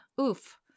oof